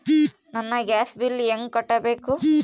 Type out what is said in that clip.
ನನ್ನ gas bill ಹೆಂಗ ಕಟ್ಟಬೇಕು?